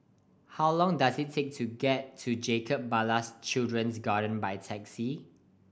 how long does it take to get to Jacob Ballas Children's Garden by taxi